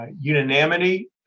unanimity